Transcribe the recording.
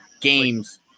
games